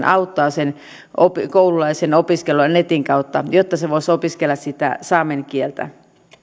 auttaa sen koululaisen opiskelua netin kautta jotta voisi opiskella sitä saamen kieltä